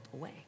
away